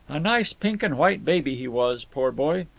a nice pink and white baby he was, poor boy.